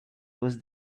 was